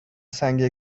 سنگ